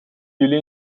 jullie